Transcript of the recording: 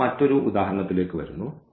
ഇപ്പോൾ മറ്റൊരു ഉദാഹരണത്തിലേക്ക് വരുന്നു